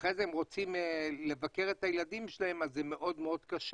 שאחרי זה הם רוצים לבקר את הילדים שלהם זה מאוד מאוד קשה.